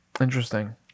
interesting